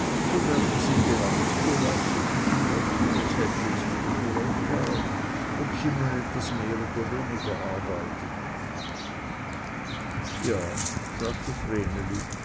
so werden sie ganz gelassen und sie dächten es hatte es wieder für ein jahr ob sie nun etwas mehr oder etwas weniger arbeiteten ja sagte